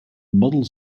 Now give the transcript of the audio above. models